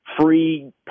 free